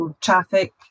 traffic